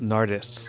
Nardis